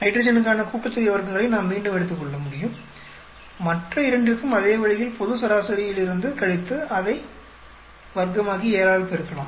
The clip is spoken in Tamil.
நைட்ரஜனுக்கான கூட்டுத்தொகை வர்க்கங்களை நாம் மீண்டும் எடுத்துக்கொள்ள முடியும் மற்ற இரண்டிற்கும் அதே வழியில் பொது சராசரியிலிருந்து கழித்து அதை வர்க்கமாக்கி 7 ஆல் பெருக்கலாம்